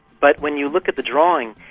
but when you look at the drawing,